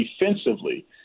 defensively